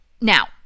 Now